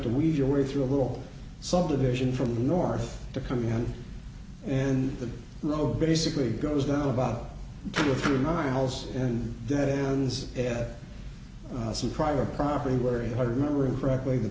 to weave your way through a little subdivision from the north to come in and the road basically goes down about two or three miles and that ends some private property were in the remember correctly the